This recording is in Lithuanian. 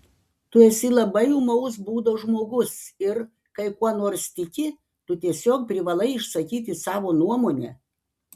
tu esi labai ūmaus būdo žmogus ir kai kuo nors tiki tu tiesiog privalai išsakyti savo nuomonę